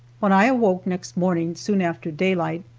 when i awoke next morning, soon after daylight,